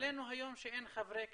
מזלנו היום שאין חברי כנסת,